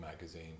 magazine